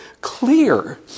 clear